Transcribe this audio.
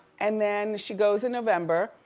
and then she goes in november.